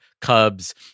Cubs